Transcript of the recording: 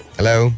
Hello